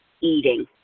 eating